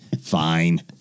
fine